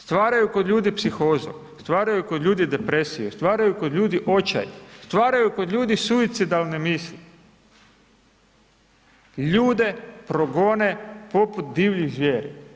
Stvaraju kod ljudi psihozu, stvaraju kod ljudi depresiju, stvaraju kod ljudi očaj, stvaraju kod ljudi suicidalne misli, ljude progone poput divljih zvjeri.